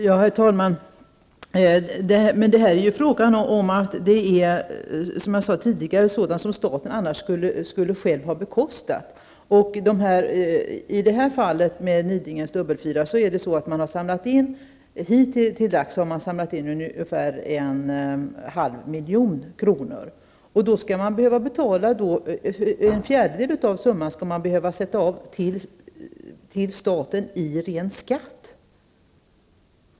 Herr talman! Men det är ju här, som jag tidigare sade, fråga om sådant som staten annars själv skulle ha bekostat. I fallet Nidingens dubbelfyrar har man hittills samlat in ungefär en halv miljon kronor. Av detta skall man behöva sätta av en fjärdedel till staten i ren skatt.